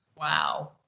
Wow